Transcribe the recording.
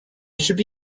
should